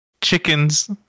chickens